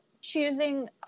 choosing